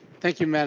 thank you mme. and